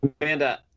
Amanda